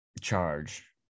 charge